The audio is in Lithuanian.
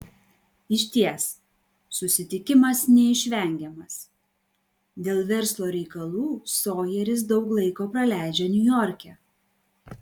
išties susitikimas neišvengiamas dėl verslo reikalų sojeris daug laiko praleidžia niujorke